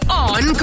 on